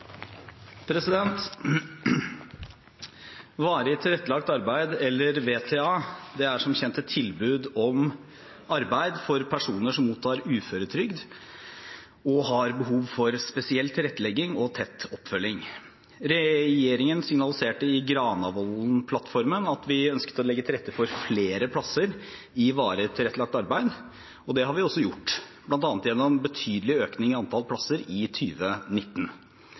Varig tilrettelagt arbeid, VTA, er som kjent et tilbud om arbeid for personer som mottar uføretrygd og har behov for spesiell tilrettelegging og tett oppfølging. Regjeringen signaliserte i Granavolden-plattformen at vi ønsket å legge til rette for flere plasser i varig tilrettelagt arbeid, og det har vi også gjort, bl.a. gjennom en betydelig økning i antall plasser i